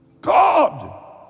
God